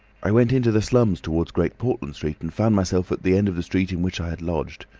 i went into the slums towards great portland street, and found myself at the end of the street in which i had lodged.